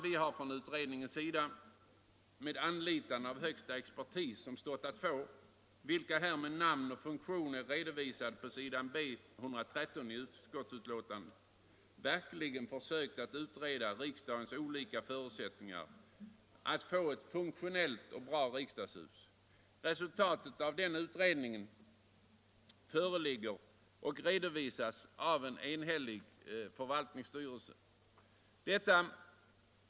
Vi har från utredningens sida, med anlitande av den bästa expertis som stått att få, vilka här med namn och funktion är redovisade på s. B 113 i utskottets betänkande, verkligen försökt att utreda riksdagens olika förutsättningar att få ett funktionellt och bra riks dagshus. Resultatet av denna utredning föreligger och redovisas av en enhällig förvaltningsstyrelse.